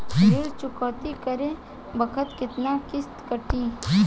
ऋण चुकौती करे बखत केतना किस्त कटी?